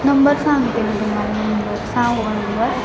number सांगते मी तुम्हाला नंबर सांगू का नंबर